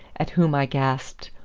at whom i gasped,